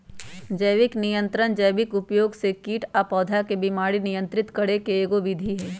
जैविक नियंत्रण जैविक उपयोग से कीट आ पौधा के बीमारी नियंत्रित करे के एगो विधि हई